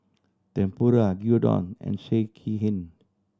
Tempura Gyudon and Sekihan